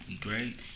great